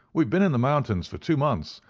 we've been in the mountains for two months,